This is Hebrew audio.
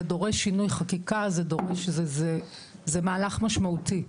זה דורש שינוי חקיקה, זה מהלך משמעותי.